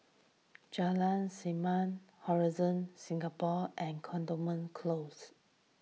Jalan Segam Horizon Singapore and Cantonment Close